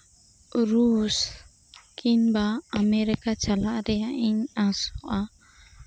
ᱨᱩᱥ ᱠᱤᱢᱵᱟ ᱟᱢᱮᱨᱤᱠᱟ ᱪᱟᱞᱟᱜ ᱨᱮᱭᱟᱜ ᱤᱧ ᱟᱸᱥᱚᱜᱼᱟ